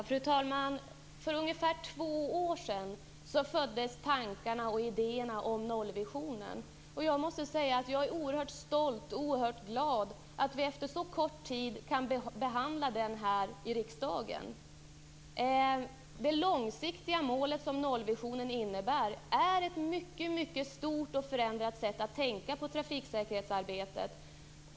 Fru talman! För ungefär två år sedan föddes tankarna på och idéerna om nollvisionen. Jag är oerhört stolt och glad över att vi efter så oerhört kort tid kan behandla denna vision här i riksdagen. Det långsiktiga målet för nollvisionen är att den innebär ett mycket förändrat sätt att tänka på trafiksäkerhetsarbetet.